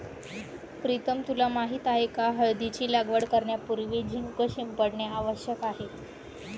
प्रीतम तुला माहित आहे का हळदीची लागवड करण्यापूर्वी झिंक शिंपडणे आवश्यक आहे